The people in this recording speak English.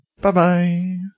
bye-bye